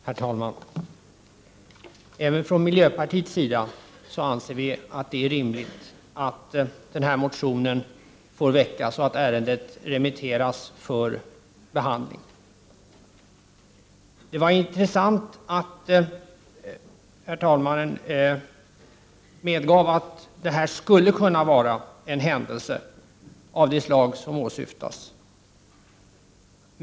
Herr talman! Även från miljöpartiets sida anser vi att det är rimligt att denna motion får väckas och att ärendet remitteras för behandling. Det var intressant att talmannen medgav att det här skulle kunna vara en händelse av det slag som åsyftas.